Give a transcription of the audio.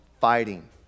fighting